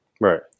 Right